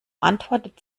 antwortet